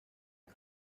ese